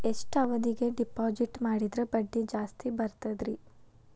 ಎಷ್ಟು ಅವಧಿಗೆ ಡಿಪಾಜಿಟ್ ಮಾಡಿದ್ರ ಬಡ್ಡಿ ಜಾಸ್ತಿ ಬರ್ತದ್ರಿ?